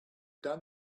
done